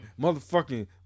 motherfucking